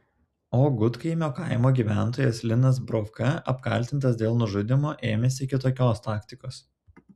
o gudkaimio kaimo gyventojas linas brovka apkaltintas dėl nužudymo ėmėsi kitokios taktikos